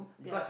ya